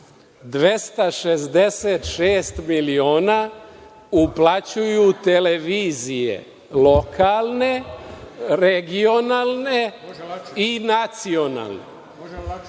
266 miliona uplaćuju televizije lokalne, regionalne i nacionalne.